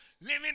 living